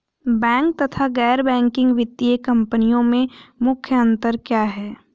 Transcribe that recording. Bank तथा गैर banking वित्तीय कंपनियों में मुख्य अंतर क्या है?